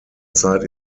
zeit